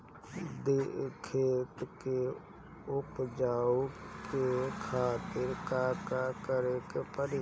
खेत के उपजाऊ के खातीर का का करेके परी?